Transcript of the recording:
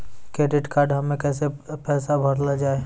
Credit card हम्मे कैसे पैसा भरल जाए?